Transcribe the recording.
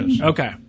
Okay